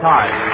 Time